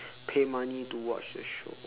pay money to watch the show